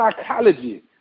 psychology